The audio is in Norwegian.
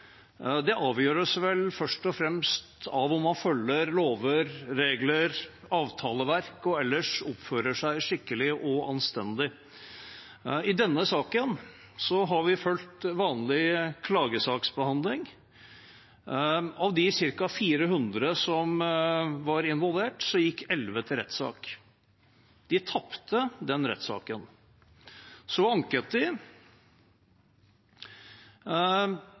Det avgjøres vel først og fremst av om man følger lover, regler og avtaleverk og ellers oppfører seg skikkelig og anstendig. I denne saken har vi fulgt vanlig klagesaksbehandling. Av de ca. 400 som var involvert, gikk 11 til rettssak. De tapte rettssaken. De anket.